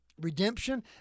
redemption